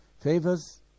favors